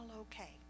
okay